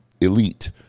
elite